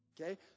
Okay